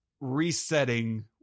resetting